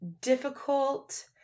difficult